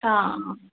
हा